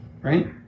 right